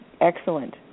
Excellent